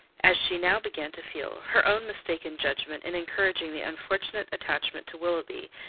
as she now began to feel, her own mistaken judgment in encouraging the unfortunate attachment to willoughby,